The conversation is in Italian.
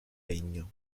regno